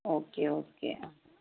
okay okay ആ